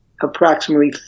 approximately